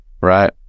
right